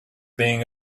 being